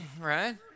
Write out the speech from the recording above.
right